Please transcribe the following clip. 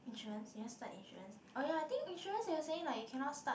insurance you want start insurance oh ya I think insurance they were saying like you cannot start